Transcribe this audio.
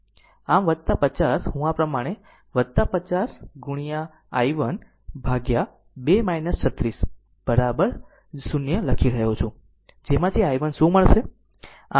આમ 50 હું આ પ્રમાણે 50 ગુણ્યા i1 ભાગ્યા 2 36 0 લખી રહ્યો છું જેમાંથી i1 શું મળશે